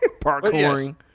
Parkouring